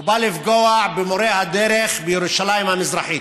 הוא בא לפגוע במורי הדרך בירושלים המזרחית,